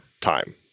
time